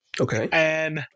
Okay